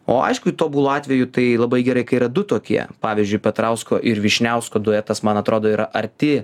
o aišku tobulu atveju tai labai gerai kai yra du tokie pavyzdžiui petrausko ir vyšniausko duetas man atrodo yra arti